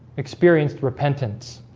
experienced repentance